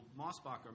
Mossbacher